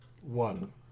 one